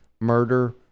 murder